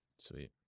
Sweet